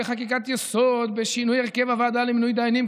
וחקיקת-יסוד בשינוי הרכב הוועדה למינוי דיינים,